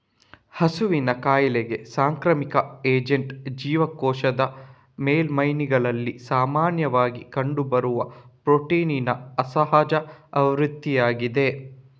ಹಸುವಿನ ಕಾಯಿಲೆಗೆ ಸಾಂಕ್ರಾಮಿಕ ಏಜೆಂಟ್ ಜೀವಕೋಶದ ಮೇಲ್ಮೈಗಳಲ್ಲಿ ಸಾಮಾನ್ಯವಾಗಿ ಕಂಡುಬರುವ ಪ್ರೋಟೀನಿನ ಅಸಹಜ ಆವೃತ್ತಿಯಾಗಿದೆ